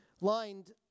lined